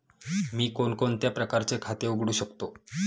मी कोणकोणत्या प्रकारचे खाते उघडू शकतो?